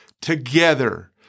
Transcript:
together